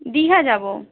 দীঘা যাব